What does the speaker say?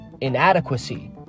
inadequacy